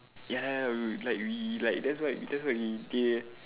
ya ya ya like we like that's why that's why we